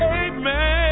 amen